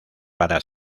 para